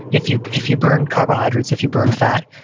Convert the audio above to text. if you if you burn carbohydrates, if you burn fat,